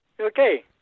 Okay